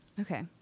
Okay